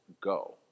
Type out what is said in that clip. go